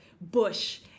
Bush